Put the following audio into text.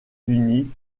unis